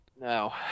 No